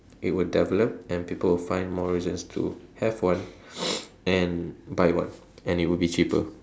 it would develop and people will find more reasons to have one and buy one and it will be cheaper